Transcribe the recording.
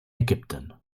ägypten